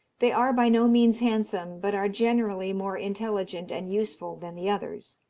they are by no means handsome, but are generally more intelligent and useful than the others.